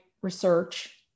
research